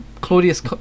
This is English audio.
Claudius